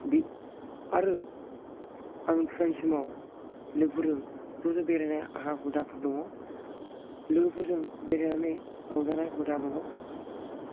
आरो आं फुजानि समाव लोगोफोरजों ज' ज' बेरायनाय आंहा हुदाफोर दङ लोगोफोरजों बेरायनानै रंजानाय हुदा दङ